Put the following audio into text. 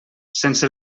sense